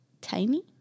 Tiny